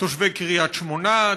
תושבי קריית-שמונה,